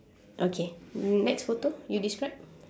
okay next photo you describe